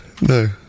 No